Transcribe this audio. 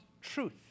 truth